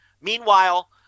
Meanwhile